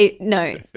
no